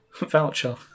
voucher